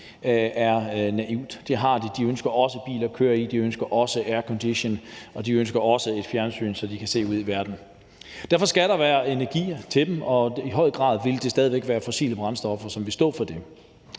Det har de. De ønsker også en bil at køre i, de ønsker også aircondition, og de ønsker også et fjernsyn, så de kan se ud i verden. Derfor skal der være energi til dem, og det vil i høj grad stadig væk være fossile brændstoffer, som vil stå for det.